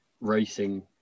Racing